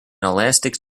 elastic